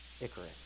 Icarus